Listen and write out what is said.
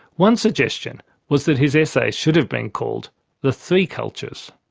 one suggestion was that his essay should have been called the three cultures.